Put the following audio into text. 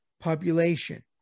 population